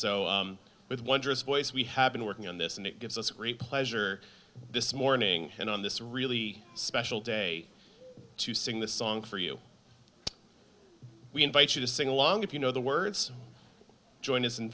so with wondrous voice we have been working on this and it gives us a great pleasure this morning and on this really special day to sing the song for you we invite you to sing along if you know the words join